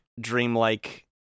dreamlike